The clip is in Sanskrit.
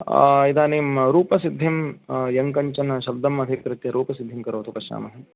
इदानीं रूपसिद्धिं यङ्कञ्चनशब्दम् अधिकृत्य रूपसिद्धिं करोतु पश्यामः